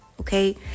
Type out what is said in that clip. okay